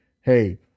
Hey